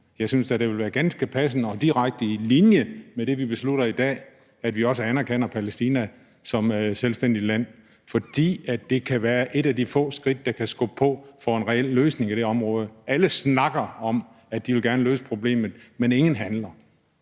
Jeg synes da, det ville være ganske passende og direkte på linje med det, vi beslutter i dag, at vi også anerkender Palæstina som et selvstændigt land, fordi det kan være et af de få skridt, der kan skubbe på for en reel løsning i det område. Alle snakker om, at de gerne vil løse problemet, men ingen handler.